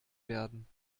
werden